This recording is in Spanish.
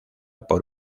por